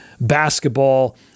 basketball